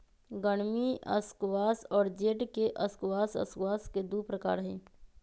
गर्मी स्क्वाश और जेड के स्क्वाश स्क्वाश के दु प्रकार हई